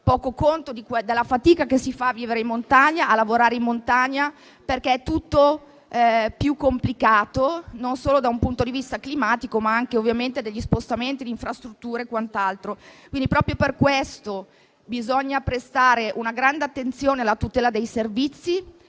poco conto della fatica che si fa a vivere e a lavorare in montagna, perché è tutto più complicato, e non solo da un punto di vista climatico, ma anche per gli spostamenti, le infrastrutture e quant'altro. Proprio per questo bisogna prestare una grande attenzione alla tutela dei servizi,